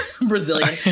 Brazilian